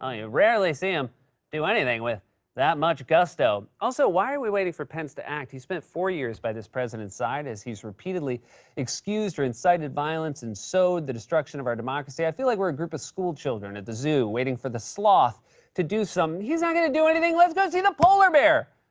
ah rarely see him do anything with that much gusto. also, why are we waiting for pence to act? he spent four years by this president's side as he's repeatedly excused or incited violence and sowed the destruction of our democracy. i feel like we're a group of schoolchildren at the zoo, waiting for the sloth to do something. he's not gonna do anything. let's go see the polar bear!